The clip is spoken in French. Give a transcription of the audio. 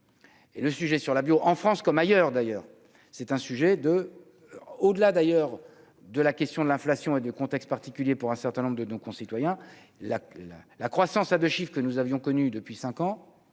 et le sujet sur la bio en France comme ailleurs d'ailleurs, c'est un sujet de au-delà d'ailleurs de la question de l'inflation et du contexte particulier pour un certain nombre de nos concitoyens la la la croissance à de chiffre que nous avions connu depuis 5 ans